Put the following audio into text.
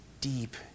deep